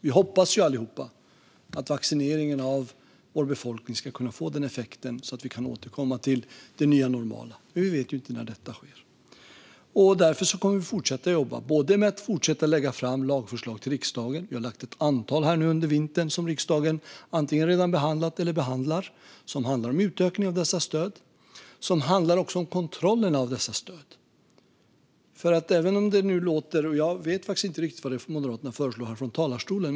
Vi hoppas allihop att vaccineringen av vår befolkning ska kunna få den effekten att vi ska återkomma till det nya normala. Vi vet inte när detta sker. Därför kommer vi att fortsätta att jobba med att lägga fram lagförslag till riksdagen. Vi har lagt fram ett antal under vintern som riksdagen antingen redan behandlat eller behandlar. Det handlar om utökningen av dessa stöd och också om kontrollen av dessa stöd. Jag vet inte riktigt vad Moderaterna föreslår här från talarstolen.